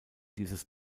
dieses